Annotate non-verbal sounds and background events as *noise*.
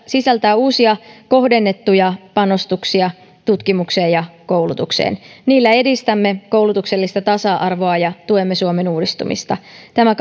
sisältää uusia kohdennettuja panostuksia tutkimukseen ja koulutukseen niillä edistämme koulutuksellista tasa arvoa ja tuemme suomen uudistumista tämä *unintelligible*